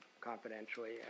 confidentially